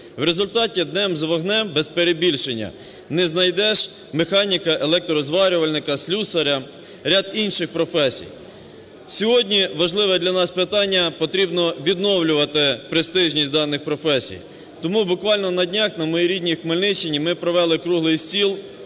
В результаті днем з вогнем, без перебільшення, не знайдеш механіка, електрозварювальника, слюсаря, ряд інших професій. Сьогодні важливе для нас питання – потрібно відновлювати престижність даних професій. Тому буквально на днях на моїй рідній Хмельниччині ми провели круглий стіл,